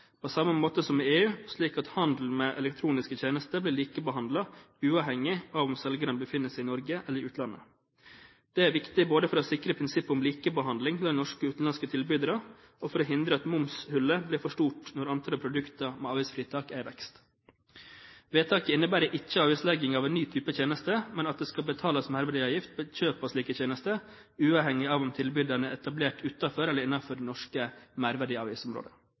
på samme måte som i EU, slik at handel med elektroniske tjenester blir likebehandlet uavhengig av om selgeren befinner seg i Norge eller i utlandet. Det er viktig både for å sikre prinsippet om likebehandling mellom norske og utenlandske tilbydere og for å hindre at momshullet blir for stort når antallet produkter med avgiftsfritak er i vekst. Vedtaket innebærer ikke avgiftslegging av en ny type tjenester, men at det skal betales merverdiavgift ved kjøp av slike tjenester uavhengig av om tilbyderen er etablert utenfor eller innenfor det norske merverdiavgiftsområdet.